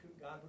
God